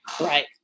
Right